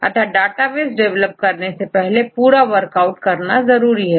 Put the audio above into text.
अतः database develop करने से पहले पूरा वर्कआउट करना जरूरी है